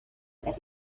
that